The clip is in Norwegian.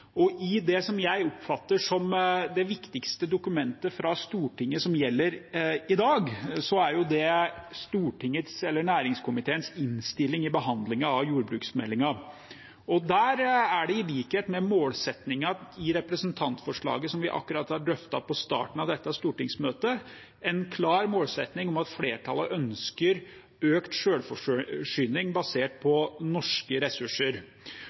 Det jeg oppfatter som det viktigste dokumentet fra Stortinget i dag, er Stortingets eller næringskomiteens innstilling i behandlingen av jordbruksmeldingen. Der er det i likhet med målsettingen i representantforslaget som vi akkurat har drøftet på starten av dette stortingsmøtet, en klar målsetting om at flertallet ønsker økt selvforsyning basert på norske ressurser.